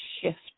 shift